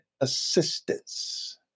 assistance